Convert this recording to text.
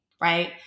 right